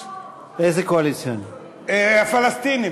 לא לא לא, לא הקואליציוני, הפלסטיני.